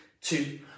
two